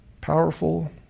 Powerful